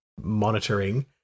monitoring